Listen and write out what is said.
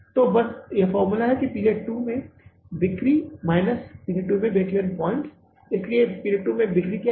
तो बस फ़ॉर्मूला यह है कि पीरियड 2 में बिक्री माइनस पीरियड 2 में ब्रेक इवन पॉइंट्स इसलिए पीरियड 2 में बिक्री क्या है